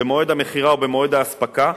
במועד המכירה או במועד האספקה,